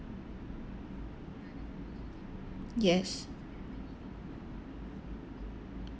yes